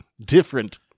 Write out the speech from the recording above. different